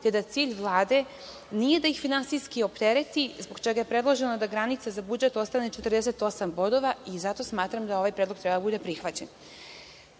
te da cilj Vlade nije da ih finansijski optereti, zbog čega je predloženo da granica za budžet ostane 48 bodova, i zato smatram da ovaj predlog treba da bude prihvaćen. Takođe,